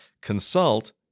Consult